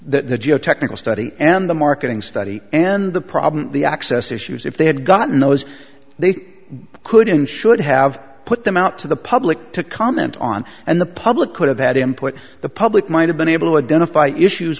geotechnical study and the marketing study and the problem the access issues if they had gotten those they could and should have put them out to the public to comment on and the public could have had him put the public might have been able to identify issues